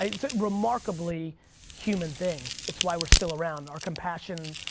it's a remarkably human thing. it's why we're still around. our compassion,